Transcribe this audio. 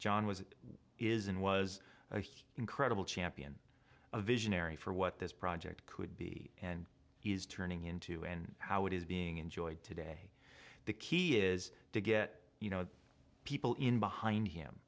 john was it is and was a huge incredible champion a visionary for what this project could be and is turning into and how it is being enjoyed today the key is to get you know people in behind him